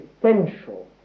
essential